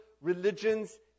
religions